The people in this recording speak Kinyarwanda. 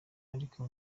ariko